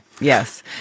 yes